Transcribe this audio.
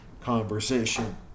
conversation